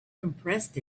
compressed